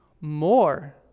more